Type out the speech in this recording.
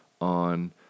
on